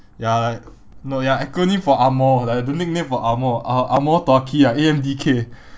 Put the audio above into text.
ya like no ya acronym for angmoh like the nickname for angmoh uh angmoh duaki ah A_M_D_K